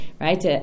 right